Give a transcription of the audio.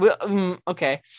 Okay